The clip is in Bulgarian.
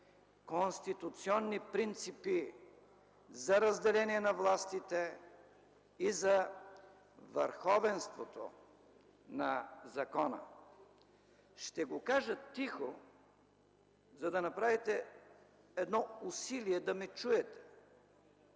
конституционни принципи за разделяне на властите и за върховенството на закона. Ще го кажа тихо, за да направите усилие да ме чуете: